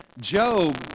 Job